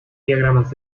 diagramas